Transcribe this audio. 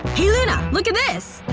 hey luna, look at this!